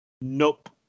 Nope